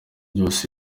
yose